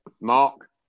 Mark